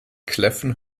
kläffen